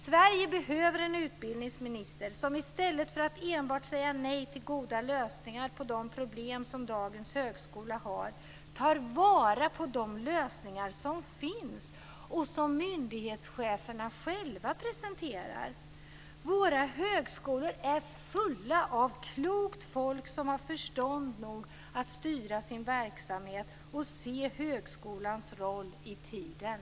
Sverige behöver en utbildningsminister som, i stället för att enbart säga nej till goda lösningar på de problem som dagens högskola har, tar vara på de lösningar som finns och som myndighetscheferna själva presenterar. Våra högskolor är fulla av klokt folk som har förstånd nog att styra sin verksamhet och se högskolans roll i tiden.